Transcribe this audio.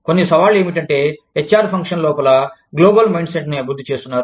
కొన్ని సవాళ్లు ఏమిటంటే హెచ్ ఆర్ ఫంక్షన్ లోపల గ్లోబల్ మైండ్సెట్ను అభివృద్ధి చేస్తున్నారు